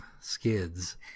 Skids